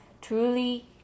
truly